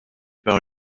par